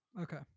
Okay